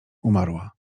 umarła